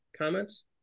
Comments